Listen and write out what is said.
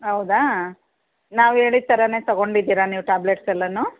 ಹೌದಾ ನಾವು ಹೇಳಿದ ಥರಾನೆ ತೊಗೊಂಡಿದ್ದೀರಾ ನೀವು ಟ್ಯಾಬ್ಲೆಟ್ಸೆಲ್ಲಾ